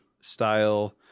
style